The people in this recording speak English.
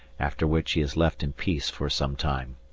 after which he is left in peace for some time.